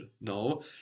no